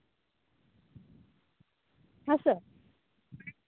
ᱦᱮᱸᱥᱮ